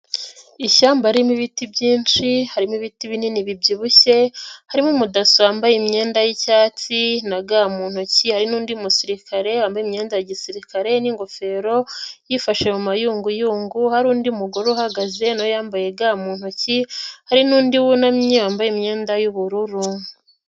Ishyamba ririmo ibiti byinshi, harimo ibiti binini bibyibushye, harimo umudaso wambaye imyenda y'icyatsi na ga mu ntoki hari undi musirikare wambaye imyenda ya gisirikare n'ingofero, yifashe mu mayunguyungu, hari undi mugore uhagaze na we yambaye ga mu ntoki, hari n'undi wunamye yambaye imyenda y'ubururu.